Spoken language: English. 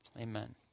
Amen